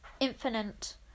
infinite